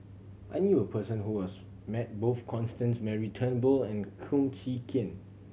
I knew a person who was met both Constance Mary Turnbull and Kum Chee Kin